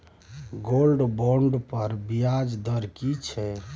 Gold bond पर ब्याज दर की छै?